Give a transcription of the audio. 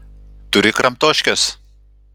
turi kramtoškės